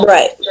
Right